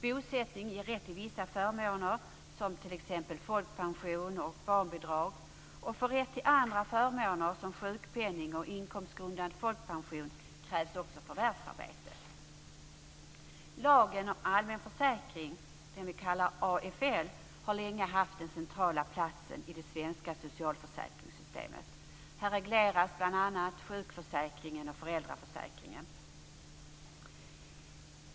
Bosättning ger rätt till vissa förmåner, som t.ex. folkpension och barnbidrag. För rätt till andra förmåner som sjukpenning och inkomstgrundad folkpension krävs också förvärvsarbete. Lagen om allmän försäkring, AFL, har länge haft den centrala platsen i det svenska socialförsäkringssystemet. Här regleras bl.a. sjukförsäkringen och föräldraförsäkringen.